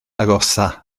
agosaf